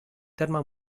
terme